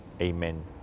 Amen